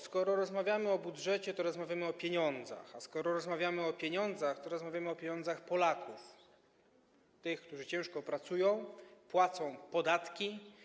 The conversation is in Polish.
Skoro rozmawiamy o budżecie, to rozmawiamy o pieniądzach, a skoro rozmawiamy o pieniądzach, to rozmawiamy o pieniądzach Polaków, tych, którzy ciężko pracują, płacą podatki.